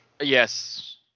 Yes